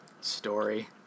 story